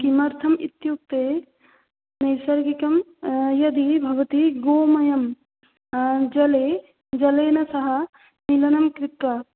किमर्थम् इत्युक्ते नैसर्गिकं यदि भवति गोमयं जले जलेन सह मेलनं कृत्वा